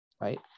Right